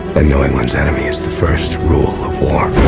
and knowing one's enemies, is the first rule of war.